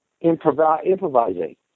improvising